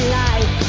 life